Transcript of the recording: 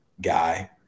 guy